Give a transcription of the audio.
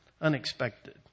Unexpected